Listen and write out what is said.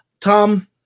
tom